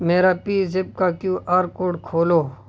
میرا PayZapp کا Q R code کھولو